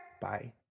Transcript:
Bye